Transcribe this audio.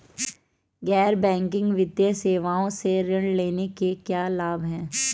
गैर बैंकिंग वित्तीय सेवाओं से ऋण लेने के क्या लाभ हैं?